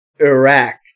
Iraq